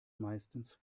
meistens